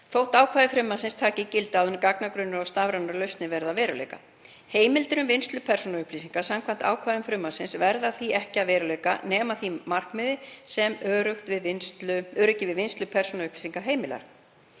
þótt ákvæði frumvarpsins taki gildi áður en gagnagrunnur og stafrænar lausnir verða að veruleika. Heimildir um vinnslu persónuupplýsinga samkvæmt ákvæðum frumvarpsins verða því ekki að veruleika nema að því marki sem öryggi við vinnslu persónuupplýsinga heimilar.